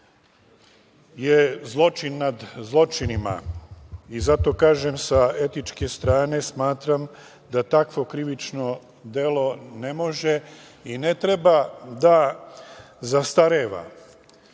je zločin nad zločinima i zato kažem sa etičke strane smatram da takvo krivično delo ne može i ne treba da zastareva.